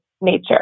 nature